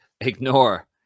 ignore